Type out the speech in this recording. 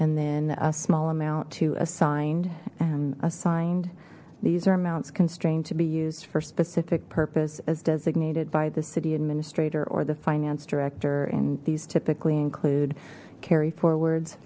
and then a small amount to assigned and assigned these are amounts constrained to be used for specific purpose as designated by the city administrator or the finance director and these typically include carryforwards